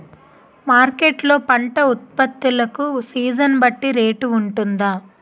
Market లొ పంట ఉత్పత్తి లకు సీజన్ బట్టి రేట్ వుంటుందా?